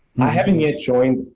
i haven't yet joined,